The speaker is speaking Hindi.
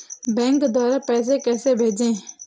बैंक द्वारा पैसे कैसे भेजें?